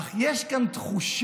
אך יש כאן תחושה